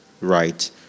right